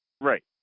Right